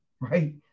right